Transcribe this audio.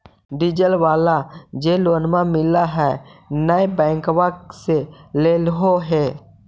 डिजलवा वाला जे लोनवा मिल है नै बैंकवा से लेलहो हे?